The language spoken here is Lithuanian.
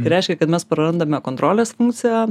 tai reiškia kad mes prarandame kontrolės funkciją